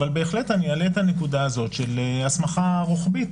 אבל בהחלט אעלה את הנקודה הזאת של הסמכה רוחבית,